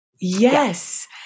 Yes